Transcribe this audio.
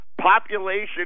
population